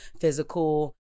physical